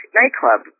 nightclub